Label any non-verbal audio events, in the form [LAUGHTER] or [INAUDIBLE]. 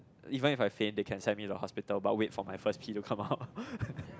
even if I faint they can send me to hospital but wait for my first pee to come out [LAUGHS]